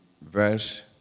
verse